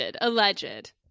Alleged